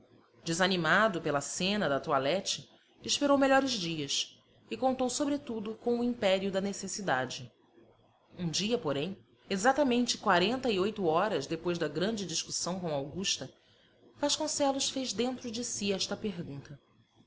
desanimado pela cena da toilette esperou melhores dias e contou sobretudo com o império da necessidade um dia porém exatamente quarenta e oito horas depois da grande discussão com augusta vasconcelos fez dentro de si esta pergunta